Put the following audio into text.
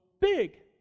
big